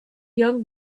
young